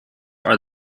are